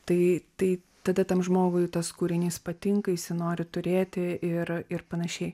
tai tai tada tam žmogui tas kūrinys patinka jisai nori turėti ir ir panašiai